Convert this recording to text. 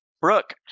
Brooke